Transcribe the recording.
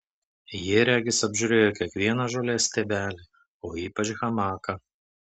jie regis apžiūrėjo kiekvieną žolės stiebelį o ypač hamaką